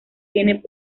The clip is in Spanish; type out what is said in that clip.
tiene